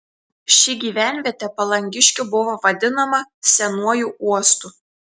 ši gyvenvietė palangiškių buvo vadinama senuoju uostu